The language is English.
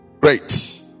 Great